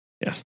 Yes